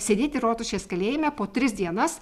sėdėti rotušės kalėjime po tris dienas